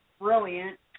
brilliant